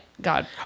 god